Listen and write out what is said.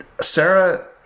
sarah